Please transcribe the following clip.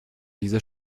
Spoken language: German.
dieser